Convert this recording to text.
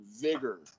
vigor